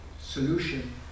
solution